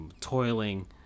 toiling –